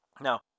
Now